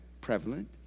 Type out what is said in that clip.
prevalent